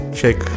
check